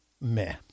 meh